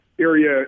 area